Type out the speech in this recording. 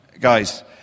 guys